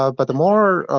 ah but the more ah